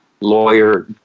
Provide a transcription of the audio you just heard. lawyer